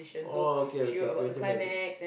oh okay okay creative writing